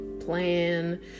plan